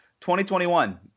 2021